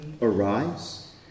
arise